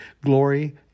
glory